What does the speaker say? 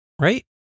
Right